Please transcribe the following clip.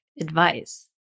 advice